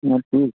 हाँ ठीक